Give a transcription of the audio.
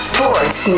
Sports